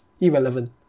irrelevant